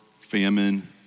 famine